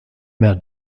mehr